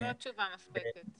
זו לא תשובה מספקת.